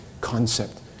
concept